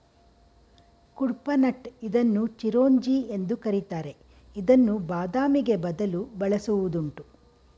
ಕುಡ್ಪನಟ್ ಇದನ್ನು ಚಿರೋಂಜಿ ಎಂದು ಕರಿತಾರೆ ಇದನ್ನು ಬಾದಾಮಿಗೆ ಬದಲು ಬಳಸುವುದುಂಟು